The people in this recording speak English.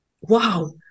wow